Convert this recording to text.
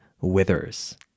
withers